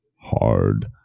hard